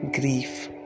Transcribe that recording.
grief